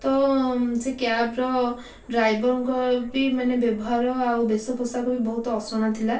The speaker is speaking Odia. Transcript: ତ ସେ କ୍ୟାବ୍ର ଡ୍ରାଇଭର୍ଙ୍କ ବି ମାନେ ବ୍ୟବହାର ଆଉ ବେଶପୋଷାକ ବି ବହୁତ ଅସନା ଥିଲା